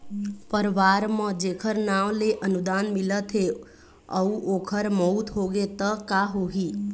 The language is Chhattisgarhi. परवार म जेखर नांव ले अनुदान मिलत हे अउ ओखर मउत होगे त का होही?